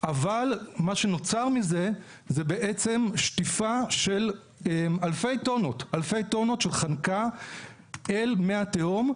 אבל מה שנוצר מזה זה בעצם שטיפה של אלפי טונות של חנקה אל מי התהום,